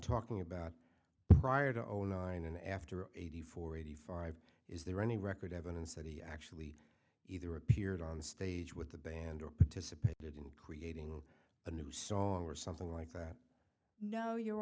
talking about prior to zero nine and after eighty four eighty five is there any record evidence that he actually either appeared on stage with the band or artist and creating a new song or something like that no your